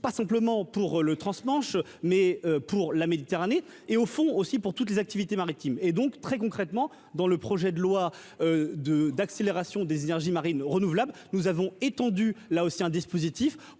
pas simplement pour le transmanche, mais pour la Méditerranée et au fond aussi pour toutes les activités maritimes et donc très concrètement dans le projet de loi de d'accélération des énergies marines renouvelables nous avons étendu là aussi un dispositif